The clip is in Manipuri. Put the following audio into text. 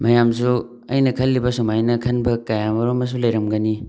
ꯃꯌꯥꯝꯁꯨ ꯑꯩꯅ ꯈꯜꯂꯤꯕ ꯁꯨꯃꯥꯏꯅ ꯈꯟꯕ ꯀꯌꯥꯃꯔꯨꯝ ꯑꯃꯁꯨ ꯂꯩꯔꯝꯒꯅꯤ